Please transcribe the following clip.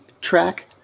track